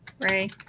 Ray